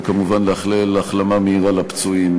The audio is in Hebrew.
וכמובן לאחל החלמה מהירה לפצועים.